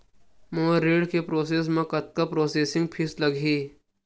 मोर ऋण के प्रोसेस म कतका प्रोसेसिंग फीस लगही?